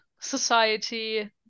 society